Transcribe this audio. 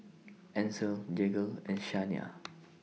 Ancel Jagger and Shania